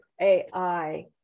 AI